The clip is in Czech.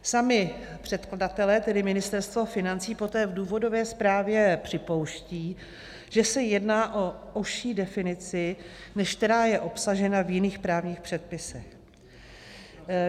Sami předkladatelé, tedy Ministerstvo financí, poté v důvodové zprávě připouští, že se jedná o užší definici, než která je obsažena v jiných právních předpisech.